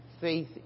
faith